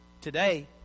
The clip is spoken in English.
Today